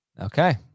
okay